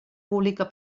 pública